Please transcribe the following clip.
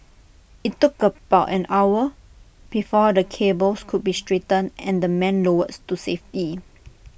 IT took about an hour before the cables could be straightened and the men lowered to safety